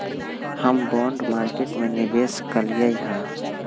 हम bond market में निवेश कलियइ ह